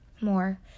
More